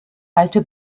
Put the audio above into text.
alte